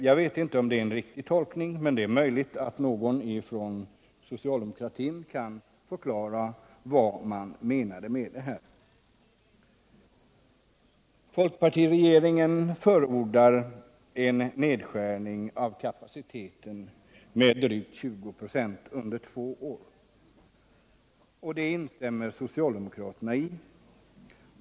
Jag vet inte om det är en riktig tolkning, men det är möjligt att någon från socialdemokratin kan förklara vad man menat. Folkpartiregeringen förordar en nedskärning av kapaciteten med drygt 20 26 under två år. Och det instämmer socialdemokraterna i.